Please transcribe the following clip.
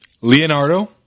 Leonardo